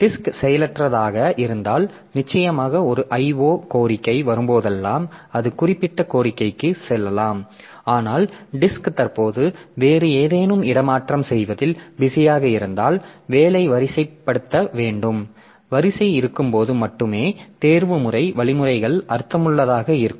disk செயலற்றதாக இருந்தால் நிச்சயமாக ஒரு IO கோரிக்கை வரும்போதெல்லாம் அது குறிப்பிட்ட கோரிக்கைக்கு செல்லலாம் ஆனால் டிஸ்க் தற்போது வேறு ஏதேனும் இடமாற்றம் செய்வதில் பிஸியாக இருந்தால் வேலை வரிசைப்படுத்தப்பட வேண்டும் வரிசை இருக்கும்போது மட்டுமே தேர்வுமுறை வழிமுறைகள் அர்த்தமுள்ளதாக இருக்கும்